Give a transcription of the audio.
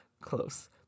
close